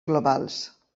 globals